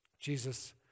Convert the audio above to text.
Jesus